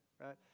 right